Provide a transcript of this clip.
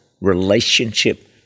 relationship